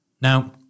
now